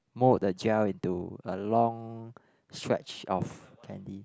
mould the gel into a long stretch of candy